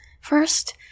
First